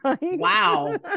Wow